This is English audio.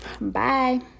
bye